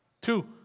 Two